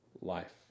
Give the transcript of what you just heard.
life